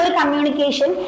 communication